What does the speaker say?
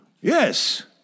Yes